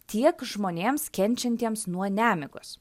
tiek žmonėms kenčiantiems nuo nemigos